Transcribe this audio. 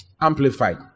Amplified